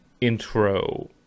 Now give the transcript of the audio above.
intro